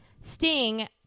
Sting